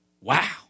Wow